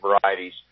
varieties